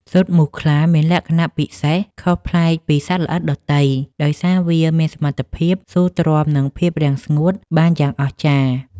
ស៊ុតមូសខ្លាមានលក្ខណៈពិសេសខុសប្លែកពីសត្វល្អិតដទៃ ដោយសារវាមានសមត្ថភាពស៊ូទ្រាំនឹងភាពរាំងស្ងួតបានយ៉ាងអស្ចារ្យ។